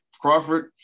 Crawford